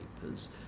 papers